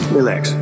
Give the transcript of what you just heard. Relax